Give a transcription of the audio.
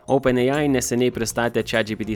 openai neseniai pristatė chatgpt